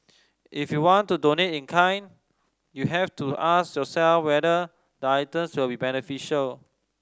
if you want to donate in kind you have to ask yourself whether items will be beneficial